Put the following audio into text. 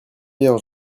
bien